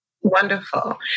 Wonderful